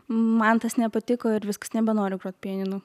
man tas nepatiko ir viskas nebenoriu grot pianinu